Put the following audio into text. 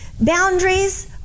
boundaries